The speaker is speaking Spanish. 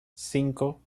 cinco